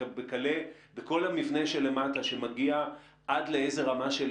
וכלה בכל המבנה שלמטה שמגיע עד לאיזו רמה של